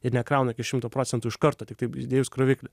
ir nekrauna iki šimto procentų iš karto tiktai įdėjus kroviklį